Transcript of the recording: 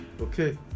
Okay